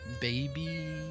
baby